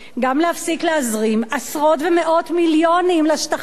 גם להפסיק להזרים עשרות ומאות מיליונים לשטחים,